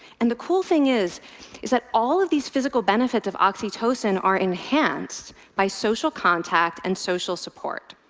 and the cool thing is is that all of these physical benefits of oxytocin are enhanced by social contact and social support.